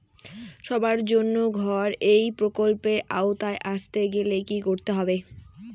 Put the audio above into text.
সবার জন্য ঘর এই প্রকল্পের আওতায় আসতে গেলে কি করতে হবে?